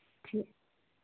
जी